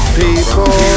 people